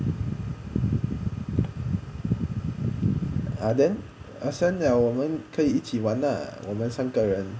ah then ascend 了我们可以一起玩啦我们三个人